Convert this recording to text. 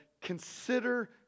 consider